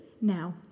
now